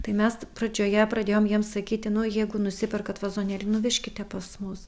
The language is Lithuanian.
tai mes pradžioje pradėjom jiems sakyti nu jeigu nusiperkat vazonėlį nuvežkite pas mus